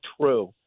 true